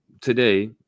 today